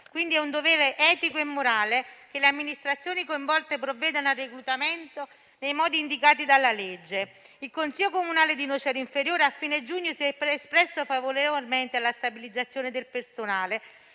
Quindi, è un dovere etico e morale che le amministrazioni coinvolte provvedano al reclutamento nei modi indicati dalla legge. Il Consiglio comunale di Nocera Inferiore a fine giugno si è espresso favorevolmente alla stabilizzazione del personale